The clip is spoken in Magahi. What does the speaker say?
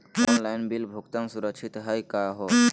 ऑनलाइन बिल भुगतान सुरक्षित हई का हो?